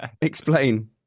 Explain